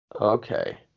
Okay